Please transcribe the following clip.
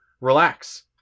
relax